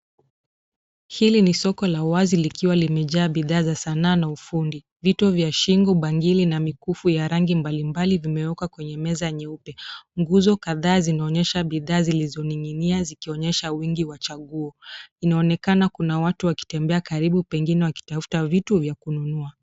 Hili ni soko la wazi likiwa limejaa bidhaa za sanaa na ufundi, vitu vya shingo, bangili na mikufu ya rangi mbalimbali vimeekwa kwenye meza nyeupe. Nguzo kadhaa zinaonyesha bidhaa zilizo ninginia zikionyesha wingi wa chaguo, inaonekana kuna watu wakitembea karibu pengine wakitafuta vitu ya kununua